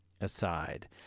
aside